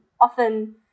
often